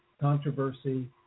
controversy